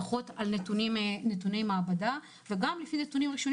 לפחות לפי נתוני מעבדה וגם לפי נתונים ראשונים